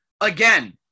again